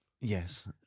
Yes